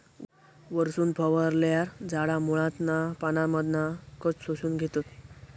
वरसून फवारल्यार झाडा मुळांतना पानांमधना खत शोषून घेतत